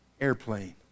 airplane